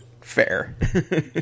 fair